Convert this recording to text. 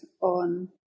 on